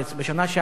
בשנה שעברה,